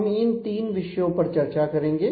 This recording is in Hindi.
हम इन तीन विषयों पर चर्चा करेंगे